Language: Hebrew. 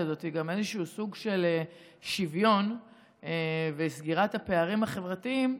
הזאת גם סוג של שוויון וסגירה של הפערים החברתיים,